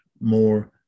more